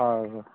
ହଉ